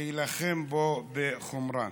להילחם בו בחומרה.